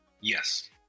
Yes